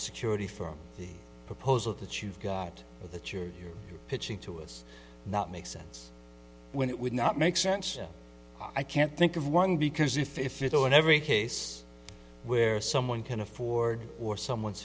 security firm the proposal that you've got that you're pitching to us not make sense when it would not make sense i can't think of one because if if it were in every case where someone can afford or someone's